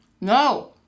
No